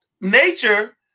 Nature